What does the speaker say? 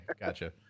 gotcha